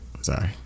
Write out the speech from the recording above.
Sorry